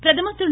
பிரதமர் திரு